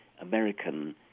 American